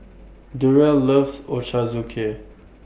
Durrell loves Ochazuke